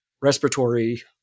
respiratory